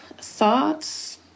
thoughts